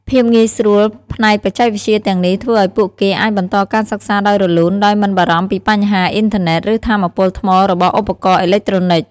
ភាពងាយស្រួលផ្នែកបច្ចេកវិទ្យាទាំងនេះធ្វើឱ្យពួកគេអាចបន្តការសិក្សាដោយរលូន ដោយមិនបារម្ភពីបញ្ហាអ៊ីនធឺណេត ឬថាមពលថ្មរបស់ឧបករណ៍អេឡិចត្រូនិក។